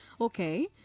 Okay